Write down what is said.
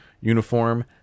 uniform